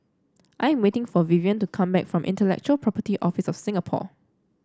I am waiting for Vivian to come back from Intellectual Property Office of Singapore